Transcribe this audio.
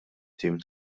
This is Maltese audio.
tim